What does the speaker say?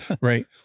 right